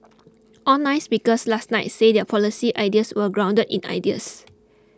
all nine speakers last night said their policy ideas were grounded in ideals